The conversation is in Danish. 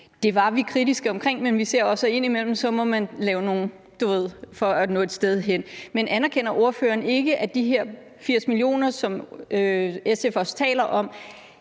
Det var vi kritiske omkring, men vi siger også, at indimellem må man gøre nogle ting, du ved, for at nå et sted hen. Det andet er: Anerkender ordføreren ikke, at de her 80 mio. kr., som SF også taler om,